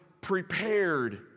prepared